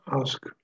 ask